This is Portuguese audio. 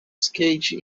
skate